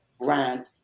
brand